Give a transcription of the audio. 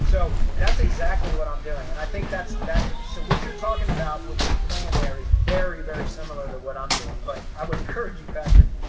so that's exactly what i'm doing. and i think that's that. so what you're talking about with your plan, there is very, very similar to what i'm doing. but i would encourage you, patrick,